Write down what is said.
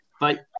Bye